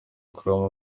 kureba